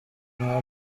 nta